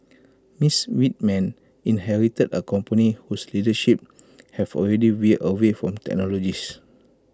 miss Whitman inherited A company whose leadership have already veered away from technologists